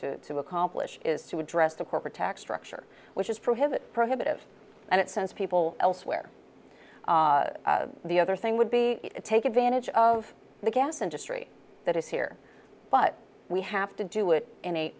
to accomplish is to address the corporate tax structure which is prohibit prohibitive and it sends people elsewhere the other thing would be to take advantage of the gas industry that is here but we have to do it in a